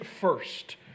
first